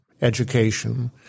education